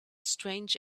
strange